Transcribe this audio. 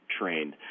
trained